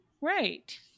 Right